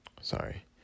Sorry